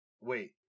wait